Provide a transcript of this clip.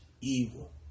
evil